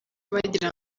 bagira